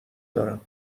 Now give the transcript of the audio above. دارم